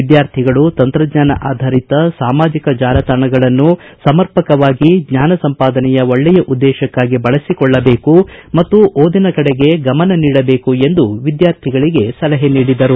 ವಿದ್ಕಾರ್ಥಿಗಳು ತಂತ್ರಜ್ಞಾನ ಅಧಾರಿತ ಸಾಮಾಜಕ ಜಾಲತಾಣಗಳನ್ನು ಸಮರ್ಪಕವಾಗಿ ಜ್ಞಾನ ಸಂಪಾದನೆಯ ಒಳ್ಳೆಯ ಉದ್ದೇಶಕ್ಕಾಗಿ ಬಳಸಿಕೊಳ್ಳಬೇಕು ಮತ್ತು ಹೆಚ್ಚು ಓದಿನ ಕಡೆಗೆ ಗಮನ ನೀಡಬೇಕು ಎಂದು ವಿದ್ಯಾರ್ಥಿಗಳಿಗೆ ಸಲಹೆ ನೀಡಿದರು